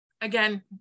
Again